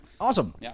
Awesome